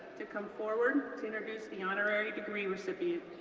to come forward to introduce the honorary degree recipient.